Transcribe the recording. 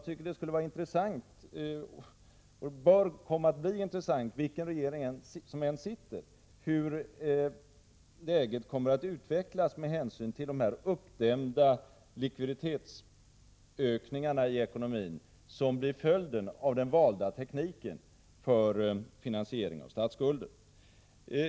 Det skall vara intressant, och bör vara intressant vilken regering som än sitter, att se hur läget kommer att utvecklas med hänsyn till de frisläpp av uppdämda likviditetsökningar i ekonomin som blir följden av den valda tekniken för finansiering av statsskulden.